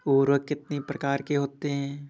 उर्वरक कितनी प्रकार के होते हैं?